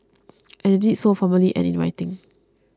and they did so formally and in writing